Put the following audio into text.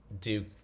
Duke